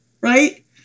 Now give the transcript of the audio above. right